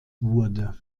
wurde